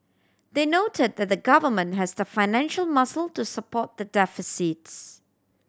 they noted that the Government has the financial muscle to support the deficits